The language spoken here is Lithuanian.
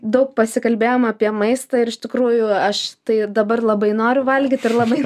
daug pasikalbėjom apie maistą ir iš tikrųjų aš tai dabar labai noriu valgyt ir labai